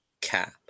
cap